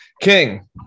King